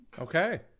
Okay